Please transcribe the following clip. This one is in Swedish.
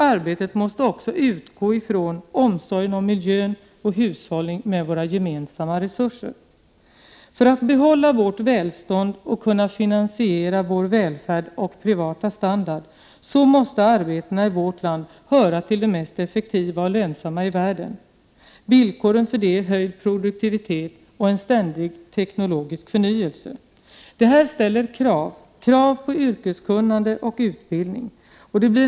Arbetet måste också utgå från omsorgen om miljön och hushållning med våra gemensamma resurser. För att vi skall behålla vårt välstånd och kunna finansiera vår välfärd och privata standard måste arbetena i vårt land höra till de mest effektiva och lönsamma i världen. Villkoren för det är höjd produktivitet och en ständig teknologisk förnyelse. Detta ställer krav på yrkeskunnande och utbildning.